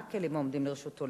מה הכלים העומדים לרשותו?